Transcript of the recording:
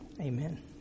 Amen